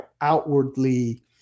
outwardly